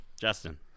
Justin